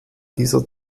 dieser